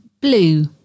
blue